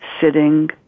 sitting